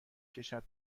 کشد